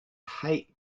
hate